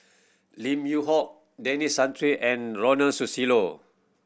Lim Yew Hock Denis Santry and Ronald Susilo